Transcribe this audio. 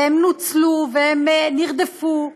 והם נוצלו והם נרדפו,